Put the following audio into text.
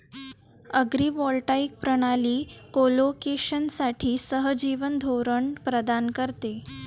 agrivoltaic प्रणाली कोलोकेशनसाठी सहजीवन धोरण प्रदान करते